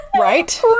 right